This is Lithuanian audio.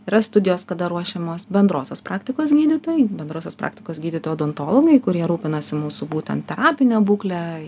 yra studijos kada ruošiamos bendrosios praktikos gydytojai bendrosios praktikos gydytojai odontologai kurie rūpinasi mūsų būtent terapine būkle